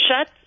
shut